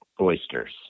oysters